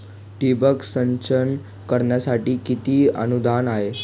ठिबक सिंचन करण्यासाठी किती अनुदान आहे?